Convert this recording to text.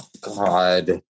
God